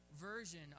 version